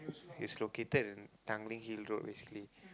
it's located in Tanglin-Hill Road basically